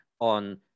on